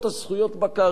מה זאת הצביעות הזאת?